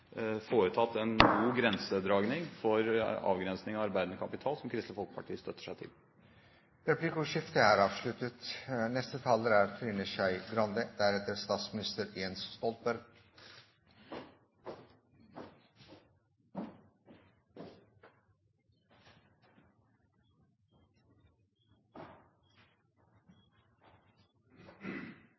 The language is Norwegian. foretatt en god grensedragning med hensyn til avgrensning av arbeidende kapital, som Kristelig Folkeparti støtter seg til. Replikkordskiftet er omme. Ettersom jeg er